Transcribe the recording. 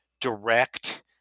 direct